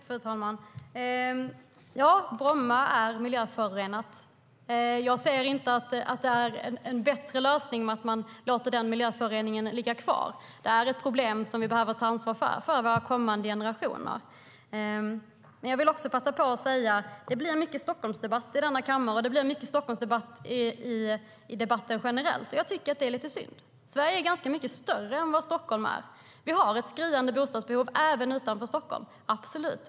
Fru talman! Ja, Bromma är miljöförorenat. Jag ser inte att det är en bättre lösning att låta den miljöföroreningen ligga kvar. Det är ett problem som vi behöver ta ansvar för, för kommande generationer. Jag vill passa på att säga att det blir mycket Stockholmsdebatt i kammaren, och det blir mycket Stockholmsdebatt även generellt. Jag tycker att det är lite synd. Sverige är ganska mycket mer än bara Stockholm. Vi har ett skriande bostadsbehov även utanför Stockholm.